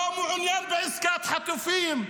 לא מעוניין בעסקת חטופים,